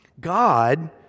God